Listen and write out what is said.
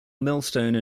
millstone